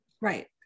Right